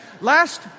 Last